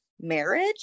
marriage